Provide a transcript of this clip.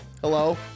hello